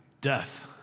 Death